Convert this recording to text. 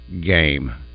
game